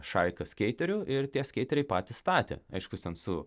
šaiką skeiterių ir tie skeiteriai patys statė aišku ten su